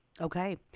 Okay